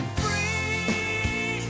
free